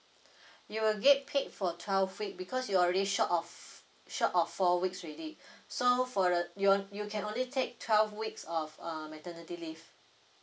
you will get paid for twelve week because you already short of short of four weeks already so for the you want you can only take twelve weeks of uh maternity leave